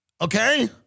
Okay